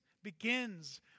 begins